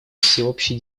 всеобщей